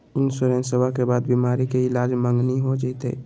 इंसोरेंसबा के बाद बीमारी के ईलाज मांगनी हो जयते?